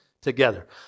Together